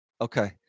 Okay